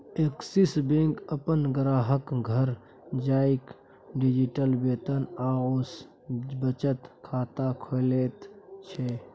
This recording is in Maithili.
एक्सिस बैंक अपन ग्राहकक घर जाकए डिजिटल वेतन आओर बचत खाता खोलैत छै